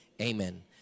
Amen